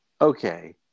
okay